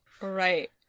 Right